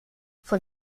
von